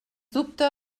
dubte